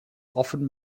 often